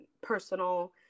personal